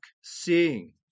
seeing